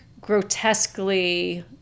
grotesquely